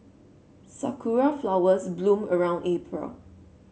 sakura flowers bloom around April